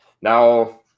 now